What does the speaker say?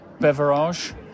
beverage